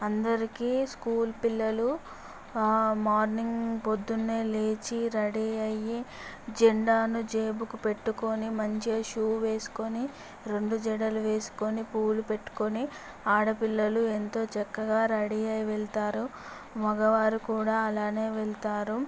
అందరికీ స్కూల్ పిల్లలు ఆ మార్నింగ్ పొద్దున్నే లేచి రడీ అయ్యి జెండాను జేబుకు పెట్టుకొని మంచి షూ వేసుకొని రెండు జడలు వేసుకుని పూలు పెట్టుకొని ఆడపిల్లలు ఎంతో చక్కగా రడీ అయ్యి వెళ్తారు మగవారు కూడా అలానే వెళ్తారు